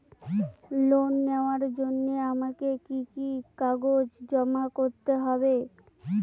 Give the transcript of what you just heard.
Loan নেওয়ার জন্য আমাকে কি কি কাগজ জমা করতে হবে?